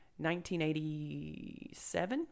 1987